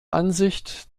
ansicht